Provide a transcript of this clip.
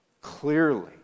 Clearly